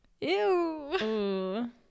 Ew